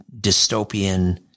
dystopian